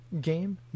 game